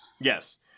Yes